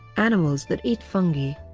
animals that eat fungi.